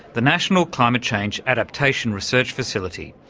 the national climate change adaptation research facility.